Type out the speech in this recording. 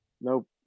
Nope